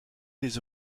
des